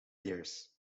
years